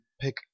pick